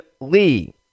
Lee